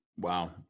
wow